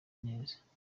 neza